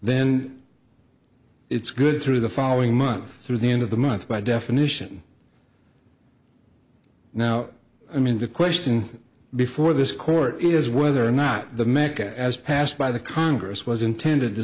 then it's good through the following month through the end of the month by definition now i mean the question before this court is whether or not the mic as passed by the congress was intended to